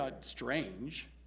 strange